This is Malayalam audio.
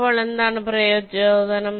അപ്പോൾ എന്താണ് പ്രചോദനം